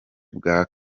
bwa